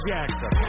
Jackson